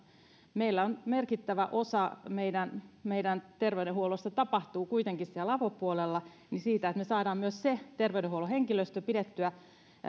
merkittävä osa meidän meidän terveydenhuollosta tapahtuu kuitenkin siellä avopuolella joten se että me saamme myös sen terveydenhuollon henkilöstön pidettyä